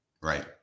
Right